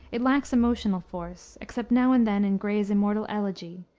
it lacks emotional force, except now and then in gray's immortal elegy,